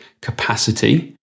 capacity